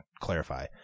clarify